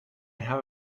have